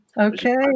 Okay